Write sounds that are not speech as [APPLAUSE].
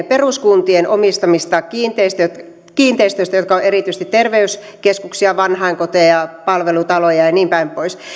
[UNINTELLIGIBLE] peruskuntien omistamista kiinteistöistä jotka ovat erityisesti terveyskeskuksia vanhainkoteja palvelutaloja ja ja niinpäin pois